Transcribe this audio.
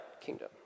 kingdom